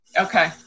Okay